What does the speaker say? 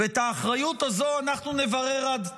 ואת האחריות הזו אנחנו נברר עד תום.